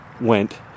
went